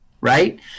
right